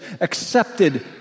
accepted